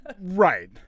right